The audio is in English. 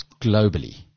globally